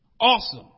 Awesome